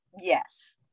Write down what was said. Yes